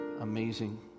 amazing